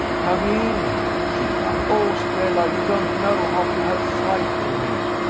come in! she cried. oh, stella, you don't know how you have frightened me!